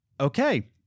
Okay